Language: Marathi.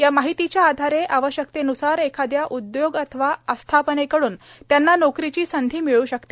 या माहितीच्या आधारे आवश्यकतेन्सार एखाद्या उद्योग अथवा आस्थापनेकडून त्यांना नोकरीची संधी मिळू शकते